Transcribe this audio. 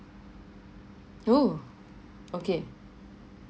oh okay